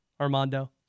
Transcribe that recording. Armando